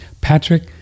Patrick